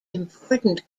important